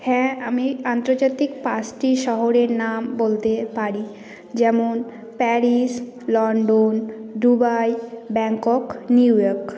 হ্যাঁ আমি আন্তর্জাতিক পাঁচটি শহরের নাম বলতে পারি যেমন Paris London Dubai Bangkok New York